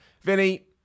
Vinny